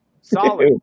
Solid